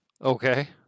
Okay